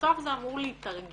ובסוף זה אמור להיתרגם